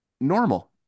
normal